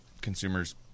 consumers